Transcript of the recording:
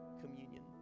communion